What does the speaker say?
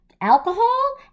alcohol